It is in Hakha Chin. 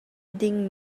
ding